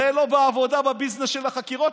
זה לא בעבודה, בביזנס של החקירות.